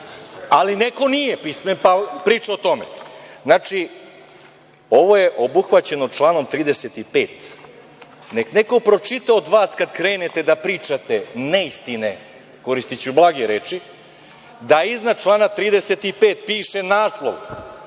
pismen, pa priča o tome. Ovo je obuhvaćeno članom 35. Neka neko pročita od vas, kada krenete da pričate neistine, koristiću blage reči, da iznad člana 35. piše naslov